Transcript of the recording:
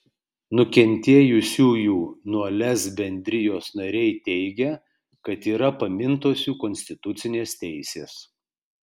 nukentėjusiųjų nuo lez bendrijos nariai teigia kad yra pamintos jų konstitucinės teisės